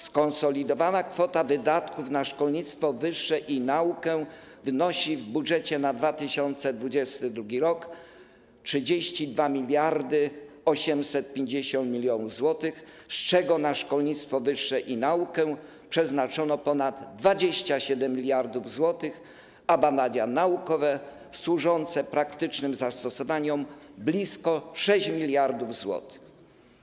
Skonsolidowana kwota wydatków na szkolnictwo wyższe i naukę wynosi w budżecie na 2022 r. 32 850 mln zł, z czego na szkolnictwo wyższe i naukę przeznaczono ponad 27 mld zł, a na badania naukowe służące praktycznym zastosowaniom - blisko 6 mld zł.